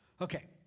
Okay